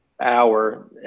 hour